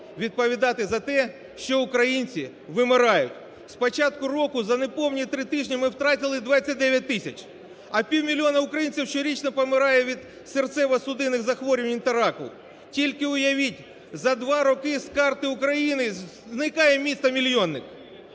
відповідати за те, що українці вимирають. З початку року за неповні три тижні ми втратили 29 тисяч, а півмільйона українців щорічно помирає від серцево-судинних захворювань та раку. Тільки уявіть, за два роки з карти України зникає місто-мільйонник.